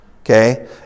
Okay